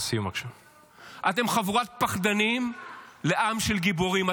אתם חבורת פחדנים לעם של גיבורים.